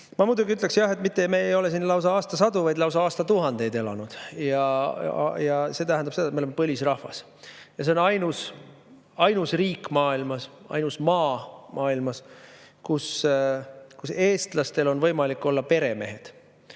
Ma muidugi ütleks, et me ei ole siin mitte aastasadu, vaid lausa aastatuhandeid elanud. See tähendab seda, et me oleme põlisrahvas. See on ainus riik maailmas, ainus maa maailmas, kus eestlastel on võimalik olla peremees,